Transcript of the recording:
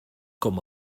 com